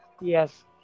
Yes